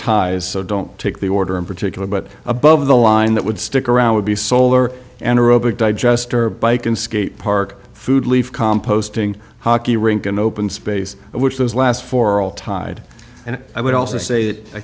ties so don't take the order in particular but above the line that would stick around would be solar and digester by can skate park food leaf composting hockey rink and open space which was last for all tied and i would also say that i